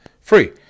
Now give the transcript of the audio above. free